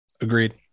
Agreed